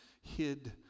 hid